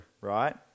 right